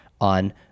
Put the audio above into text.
on